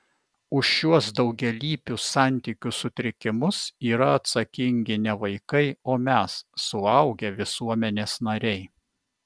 už šiuos daugialypius santykių sutrikimus yra atsakingi ne vaikai o mes suaugę visuomenės nariai